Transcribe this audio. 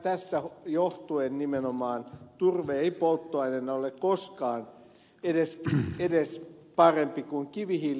tästä johtuen nimenomaan turve ei polttoaineena ole koskaan edes parempi kuin kivihiili